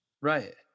right